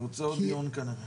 נעשה עוד דיון כנראה.